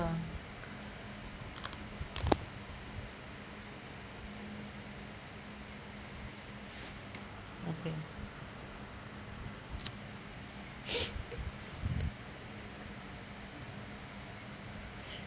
okay